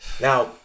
Now